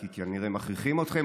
כי כנראה מכריחים אתכם,